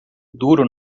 duro